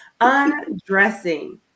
Undressing